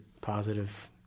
positive